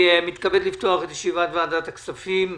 אני מתכבד לפתוח את ישיבת ועדת הכספים.